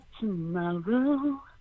tomorrow